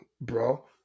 bro